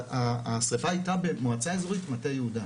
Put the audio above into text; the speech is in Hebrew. השריפה הייתה במועצה אזורית מטה יהודה,